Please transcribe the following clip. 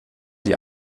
die